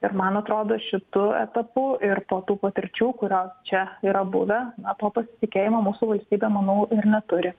ir man atrodo šitu etapu ir po tų patirčių kurios čia yra buvę na to pasitikėjimo mūsų valstybė manau ir neturi